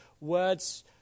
Words